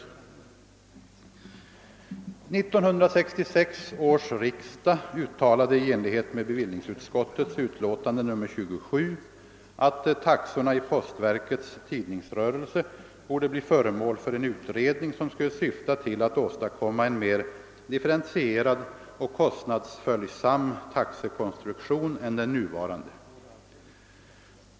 1966 års riksdag uttalade i enlighet med bevillningsutskottets utlåtande nr 27 att taxorna i postverkets tidningsrörelse borde bli föremål för en utredning, som skulle syfta till att åstadkomma en mer differentierad och kostnadsföljsam taxekonstruktion än den nuvarande.